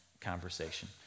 conversation